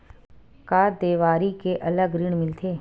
का देवारी के अलग ऋण मिलथे?